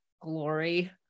glory